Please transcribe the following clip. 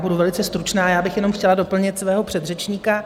Budu velice stručná, já bych jenom chtěla doplnit svého předřečníka.